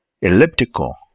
Elliptical